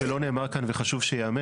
ואני אגיד דבר שלא נאמר כאן וחשוב שיאמר.